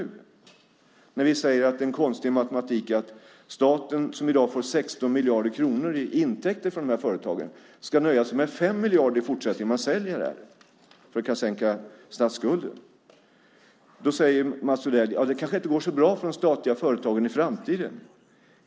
Det säger han när vi säger att det är en konstig matematik att staten, som i dag får 16 miljarder kronor i intäkter från de företagen, i fortsättningen ska nöja sig med 5 miljarder. När de företagen säljs kan statsskulden sänkas. Då säger alltså Mats Odell: Det kanske inte går så bra för de statliga företagen i framtiden.